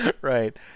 Right